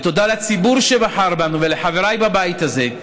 ותודה לציבור אשר בחר בנו ולחבריי בבית הזה,